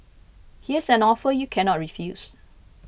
here's an offer you cannot refuse